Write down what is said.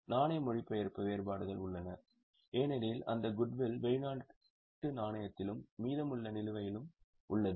நாணய மொழிபெயர்ப்பு வேறுபாடுகள் உள்ளன ஏனெனில் அந்த குட்வில் வெளிநாட்டு நாணயத்திலும் மீதமுள்ள நிலுவையிலும் உள்ளது